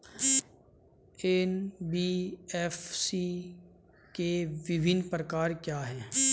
NBFC के विभिन्न प्रकार क्या हैं?